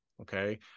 okay